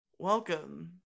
Welcome